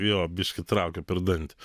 jo biškį traukia per dantį